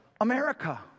America